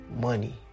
money